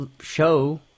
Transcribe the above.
show